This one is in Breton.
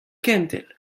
kentel